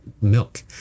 milk